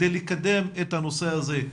כדי לקדם את הנושא הזה.